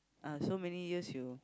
ah so many years you